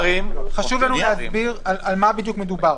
חשוב לנו להסביר על מה בדיוק מדובר.